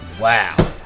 Wow